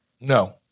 No